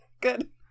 Good